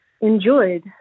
enjoyed